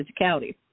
physicality